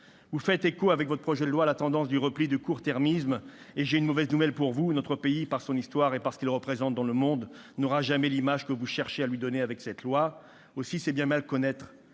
Vous faites écho, avec votre texte, à la tendance du repli et du court-termisme. J'ai une mauvaise nouvelle pour vous : notre pays, par son histoire et par ce qu'il représente dans le monde, n'aura jamais l'image que vous cherchez à lui donner avec cette loi. C'est bien mal connaître